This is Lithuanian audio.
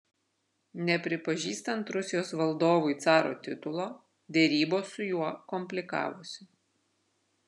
nepripažįstant rusijos valdovui caro titulo derybos su juo komplikavosi